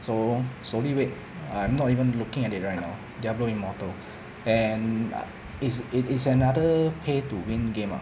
so slowly wait I'm not even looking at it right now diablo immortal and ah it's it is another pay to win game ah